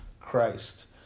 Christ